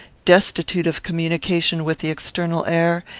destitute of communication with the external air,